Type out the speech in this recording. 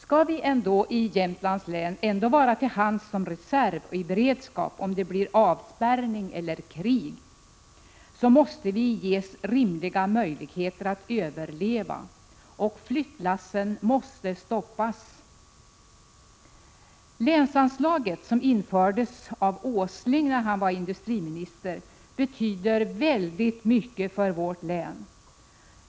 Om vi i Jämtlands län ändå skall vara till hands som reserv och i beredskap om det blir avspärrning eller krig, måste vi ges rimliga möjligheter att överleva, och flyttlassen måste stoppas. Länsanslaget, som infördes av Nils Åsling när han var industriminister, betyder oerhört mycket för vårt län.